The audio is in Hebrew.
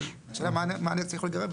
אבל השאלה מה הנזק יכול להיגרם?